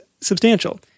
substantial